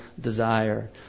desire